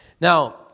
Now